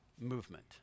movement